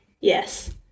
Yes